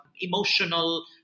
emotional